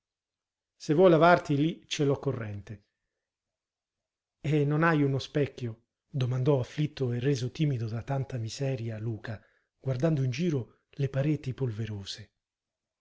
se vuoi lavarti lì c'è l'occorrente e non hai uno specchio domandò afflitto e reso timido da tanta miseria luca guardando in giro le pareti polverose